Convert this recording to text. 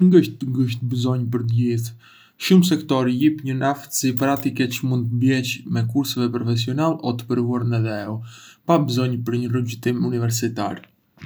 Ngësht të ngusht bësonj për të gjithë. Shumë sektorë lîpënjën aftësi praktike çë mund të blèc me kurseve profesionale o të përvuar në dhêu, pa bëzonj për një rrugëtim universitar.